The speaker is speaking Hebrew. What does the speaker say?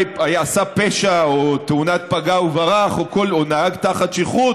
עשה פשע או תאונת פגע וברח או נהג תחת שכרות?